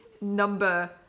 number